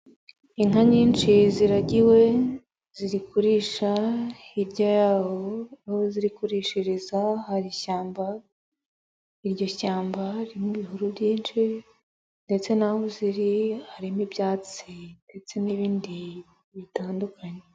Inka nyinshi ziragiwe ziri kuririsha, hirya y'aho ziri kurishiriza hari ishyamba, iryo shyamba ririmo ibihuru byinshi ndetse n'aho ziri harimo ibyatsi ndetse n'ibindi bitandukanye.